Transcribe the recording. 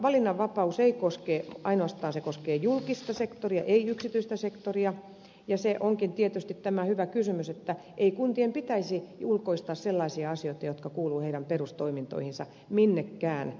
valinnanvapaus koskee ainoastaan julkista sektoria ei yksityistä sektoria ja se onkin tietysti hyvä kysymys että ei kuntien pitäisi ulkoistaa minnekään sellaisia asioita jotka kuuluvat niiden perustoimintoihin